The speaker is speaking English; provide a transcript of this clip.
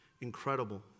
incredible